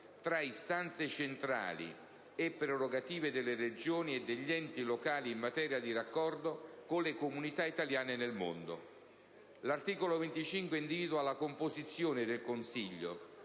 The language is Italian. tra istanze centrali e prerogative delle Regioni e degli enti locali in materia di raccordo con le comunità italiane nel mondo. L'articolo 25 individua la composizione del Consiglio,